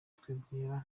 twibwira